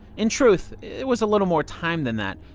in truth, it was a little more time than that.